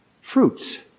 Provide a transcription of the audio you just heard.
fruits